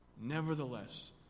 Nevertheless